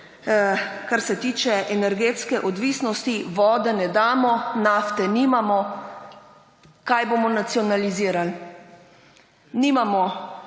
kar se tiče energetske odvisnosti – vode ne damo, nafte nimamo. Kaj bomo nacionalizirali? Smo